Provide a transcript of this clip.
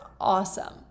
awesome